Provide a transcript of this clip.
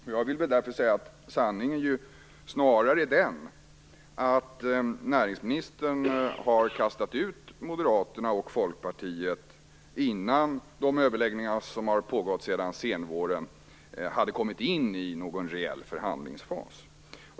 Därför vill jag säga att sanningen snarare är den att näringsministern kastade ut Moderaterna och Folkpartiet innan de överläggningar som har pågått sedan senvåren hade kommit in i någon reell förhandlingsfas.